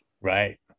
right